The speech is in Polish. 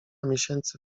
miesięcy